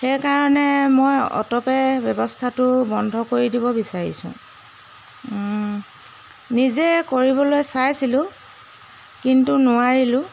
সেইকাৰণে মই অট'পে ব্যৱস্থাটো বন্ধ কৰি দিব বিচাৰিছোঁ নিজে কৰিবলৈ চাইছিলোঁ কিন্তু নোৱাৰিলোঁ